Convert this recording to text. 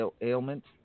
ailment